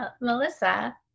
Melissa